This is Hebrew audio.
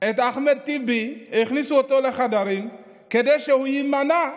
את אחמד טיבי, הכניסו אותו לחדרים כדי שהוא יימנע.